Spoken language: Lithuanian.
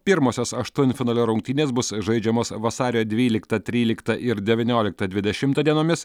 pirmosios aštunfinalio rungtynės bus žaidžiamos vasario dvyliktą tryliktą ir devynioliktą dvidešimtą dienomis